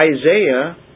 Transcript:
Isaiah